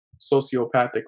sociopathic